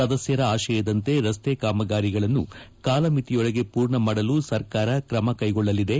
ಸದಸ್ಥರ ಆಶಯದಂತೆ ರಸ್ತೆ ಕಾಮಗಾರಿಗಳನ್ನು ಕಾಲಮಿತಿಯೊಳಗೆ ಪೂರ್ಣ ಮಾಡಲು ಸರ್ಕಾರ ಕ್ರಮ ಕೈಗೊಳ್ಳಲಿದೆ